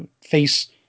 face